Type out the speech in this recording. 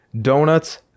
donuts